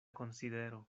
konsidero